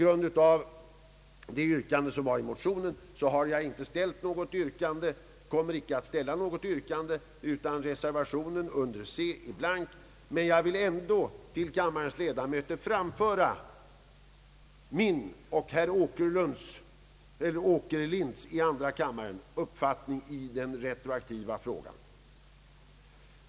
Med anledning av motionen kommer jag inte här att ställa något yrkande, utan reservationen vid C i utskottets utlåtande är blank. Jag har ändå till kammarens ledamöter velat framföra min och herr åkerlinds i andra kammaren uppfattning i fråga om retroaktiviteten.